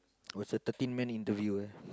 was a thirteen man interview eh